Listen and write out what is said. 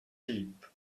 deep